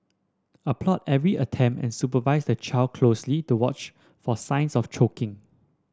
applaud every attempt and supervise the child closely to watch for signs of choking